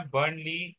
Burnley